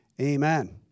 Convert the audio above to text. Amen